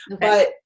but-